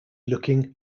looking